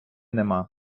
нема